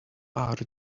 are